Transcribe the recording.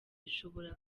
ishobora